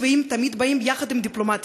האמצעים הצבאיים תמיד באים יחד עם דיפלומטיה.